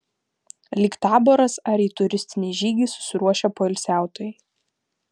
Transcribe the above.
lyg taboras ar į turistinį žygį susiruošę poilsiautojai